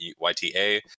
YTA